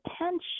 attention